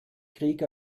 krieg